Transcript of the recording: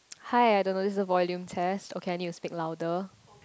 hi I don't know this is a volume test okay I need to speak louder